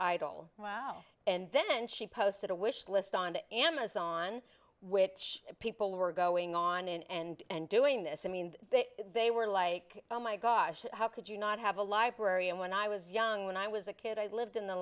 idle well and then she posted a wish list on amazon which people were going on and doing this i mean they were like oh my gosh how could you not have a library and when i was young when i was a kid i lived in the